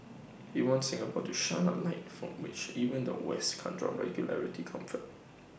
he wants Singapore to shine A light from which even the west can draw regulatory comfort